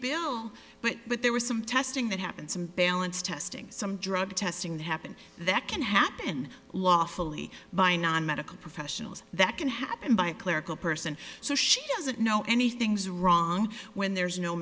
bill but but there was some testing that happened some balance testing some drug testing that happened that can happen lawfully by non medical professionals that can happen by a clerical person so she doesn't know anything's wrong when there's no